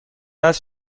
است